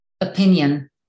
opinion